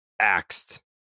axed